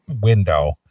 window